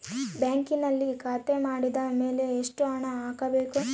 ಬ್ಯಾಂಕಿನಲ್ಲಿ ಖಾತೆ ಮಾಡಿದ ಮೇಲೆ ಎಷ್ಟು ಹಣ ಹಾಕಬೇಕು?